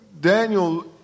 Daniel